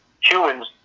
humans